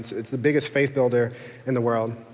it's it's the biggest faith builder in the world.